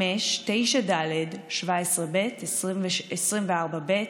5, 9(ד), 17(ב), 24(ב),